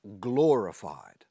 glorified